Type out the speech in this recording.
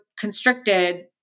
constricted